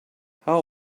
how